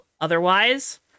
otherwise